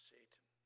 Satan